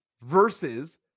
versus